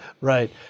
Right